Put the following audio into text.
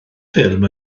ffilm